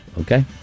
Okay